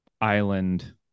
island